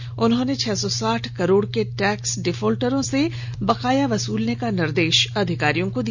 मुख्यमंत्री ने छह सौ साठ करोड़ के टैक्स डिफॉल्टरों से बकाया वसूलने का निर्देश अधिकारियों को दिया